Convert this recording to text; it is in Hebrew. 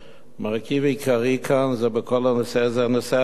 המרכיב העיקרי כאן בכל הנושא הזה הוא נושא הבינוי,